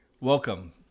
Welcome